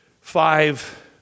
five